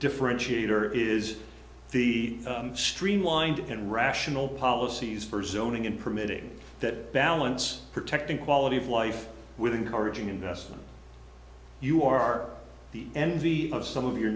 differentiator is the streamlined and rational policies for zoning and permitting that balance protecting quality of life with encouraging investment you are the envy of some of your